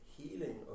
healing